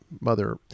mother